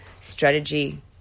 strategy